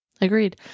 Agreed